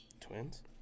Twins